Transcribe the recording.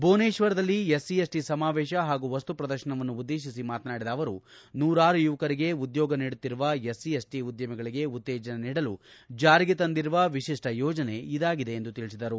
ಭುವನೇಶ್ವರದಲ್ಲಿ SC ST ಸಮಾವೇಶ ಹಾಗೂ ವಸ್ತುಪ್ರದರ್ಶನವನ್ನು ಉದ್ದೇಶಿಸಿ ಮಾತನಾಡಿದ ಅವರು ನೂರಾರು ಯುವಕರಿಗೆ ಉದ್ನೋಗ ನೀಡುತ್ತಿರುವ ಎಸ್ಸಿ ಎಸ್ಟಿ ಉದ್ಯಮಿಗಳಿಗೆ ಉತ್ತೇಜನ ನೀಡಲು ಜಾರಿಗೆ ತಂದಿರುವ ವಿಶಿಷ್ವ ಯೋಜನೆ ಇದಾಗಿದೆ ಎಂದು ತಿಳಿಸಿದರು